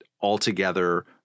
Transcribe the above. altogether